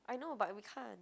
I know but we can't